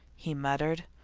he muttered,